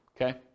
Okay